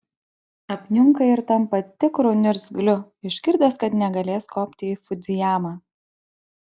apniunka ir tampa tikru niurzgliu išgirdęs kad negalės kopti į fudzijamą